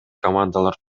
командалар